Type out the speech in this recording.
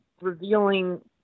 revealing